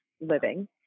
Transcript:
living